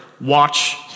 watch